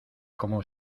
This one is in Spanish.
como